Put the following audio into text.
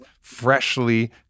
freshly